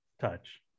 touch